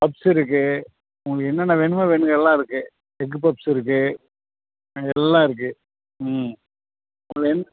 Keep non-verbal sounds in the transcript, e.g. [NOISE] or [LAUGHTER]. puffs இருக்குது உங்களுக்கு என்னென்ன வேணுமா வேணுங்கிறதுலாம் இருக்குது எக்கு பப்ஸ் இருக்குது ஆ எல்லாம் இருக்குது ம் [UNINTELLIGIBLE]